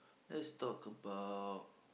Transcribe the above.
let's talk about